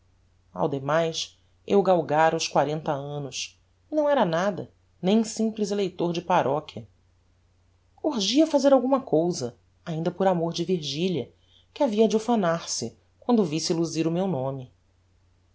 ao demais eu galgara os quarenta annos e não era nada nem simples eleitor de parochia urgia fazer alguma cousa ainda por amor de virgilia que havia de ufanar se quando visse luzir o meu nome